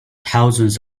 thousands